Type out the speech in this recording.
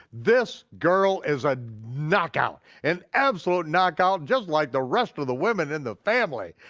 this girl is a knockout, an absolute knockout just like the rest of the women in the family.